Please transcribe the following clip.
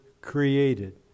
created